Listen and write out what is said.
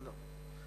לא.